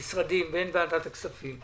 המשרדים, בין ועדת הכספים.